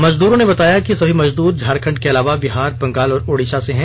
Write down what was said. मजदूरों ने बताया कि सभी मजदूर झारखंड के अलावा बिहार बंगाल और ओड़िषा से हैं